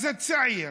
אז הצעיר